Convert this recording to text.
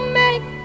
make